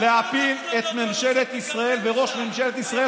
היא להפיל את ממשלת ישראל ואת ראש ממשלת ישראל,